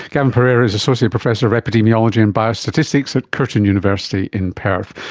gavin pereira is associate professor of epidemiology and biostatistics at curtin university in perth.